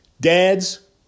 Dads